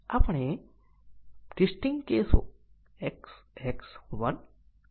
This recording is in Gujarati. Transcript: પાથ ટેસ્ટીંગમાં આપણે ઇચ્છીએ છીએ કે પ્રોગ્રામના બધા પાથ આવરી લેવામાં આવે